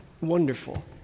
wonderful